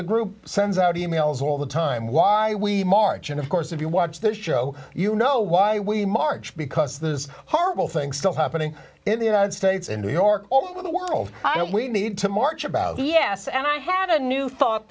the group sends out e mails all the time why we march and of course if you watch this show you know why we march because the horrible things still happening in the united states in new york all over the world we need to march about yes and i had a new thought